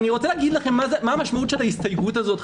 אני רוצה להגיד לכם מה המשמעות של ההסתייגות הזאת,